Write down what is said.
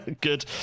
Good